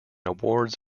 awards